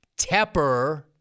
Tepper